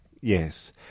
Yes